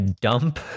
dump